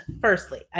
Firstly